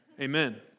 Amen